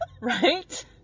Right